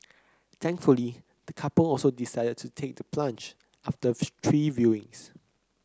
thankfully the couple also decided to take the plunge after three viewings